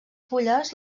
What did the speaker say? fulles